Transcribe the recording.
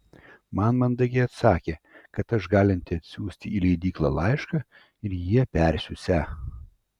man mandagiai atsakė kad aš galinti atsiųsti į leidyklą laišką ir jie persiųsią